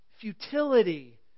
Futility